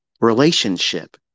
relationship